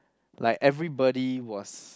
like everybody was